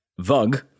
Vug